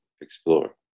explore